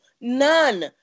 None